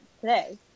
today